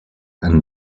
and